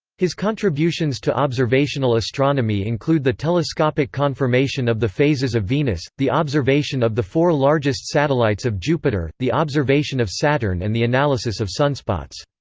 his contributions to observational astronomy include the telescopic confirmation of the phases of venus, the observation of the four largest satellites of jupiter, the observation of saturn and the analysis of sunspots.